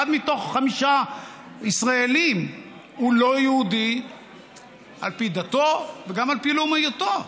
אחד מתוך חמישה ישראלים הוא לא יהודי על פי דתו וגם על פי לאומיותו.